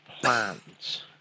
plans